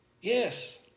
Yes